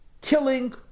killing